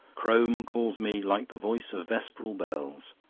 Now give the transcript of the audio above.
crome calls me like the voice of vesperal bells,